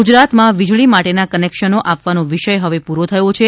ગુજરાતમાં વીજળી માટેના કનેક્શનો આપવાનો વિષય હવે પૂરો થયો છે